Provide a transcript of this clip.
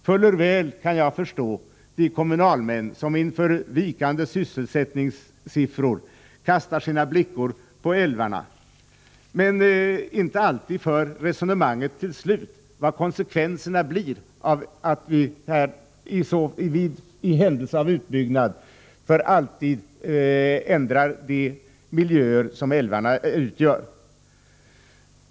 Fuller väl kan jag förstå de kommunalmän som inför vikande sysselsättningssiffror kastar blickar på älvarna men inte alltid för resonemanget till slut och ser vad konsekvenserna blir av en utbyggnad, som för alltid förändrar den miljö som älvarna utgör.